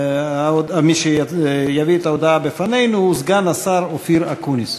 מי שיביא את ההודעה בפנינו הוא סגן השר אופיר אקוניס.